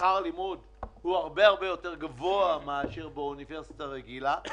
שכר הלימוד הוא הרבה יותר גבוה מאשר באוניברסיטה רגילה,